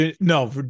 No